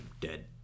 dead